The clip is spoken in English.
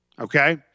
okay